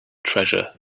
treasure